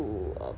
to um